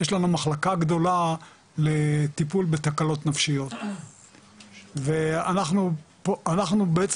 יש לנו מחלקה גדולה לטיפול בתקלות נפשיות ואנחנו בעצם,